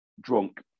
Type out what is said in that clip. drunk